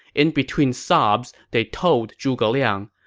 in between sobs, they told zhuge liang,